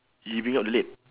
he bring up the leg